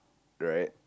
right